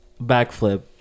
backflip